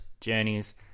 journeys